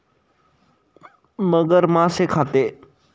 मगर मासे खाते